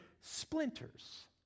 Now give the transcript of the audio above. splinters